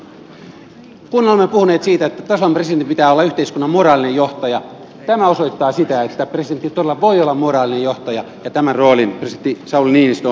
kun olemme puhuneet siitä että tasavallan presidentin pitää olla yhteiskunnan moraalinen johtaja tämä osoittaa sitä että presidentti todella voi olla moraalinen johtaja ja tämän roolin presidentti sauli niinistö on ottanut